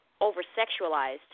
over-sexualized